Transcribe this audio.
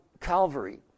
Calvary